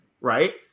right